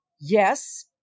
Yes